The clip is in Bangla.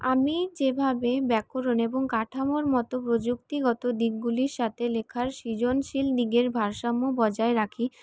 আমি যেভাবে ব্যাকরণ এবং কাঠামোর মতো প্রযুক্তিগত দিকগুলির সঙ্গে লেখার সৃজনশীল দিকের ভারসাম্য বজায় রাখি